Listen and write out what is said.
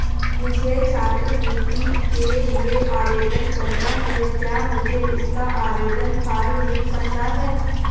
मुझे छात्रवृत्ति के लिए आवेदन करना है क्या मुझे इसका आवेदन फॉर्म मिल सकता है?